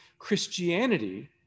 Christianity